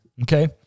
okay